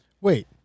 Wait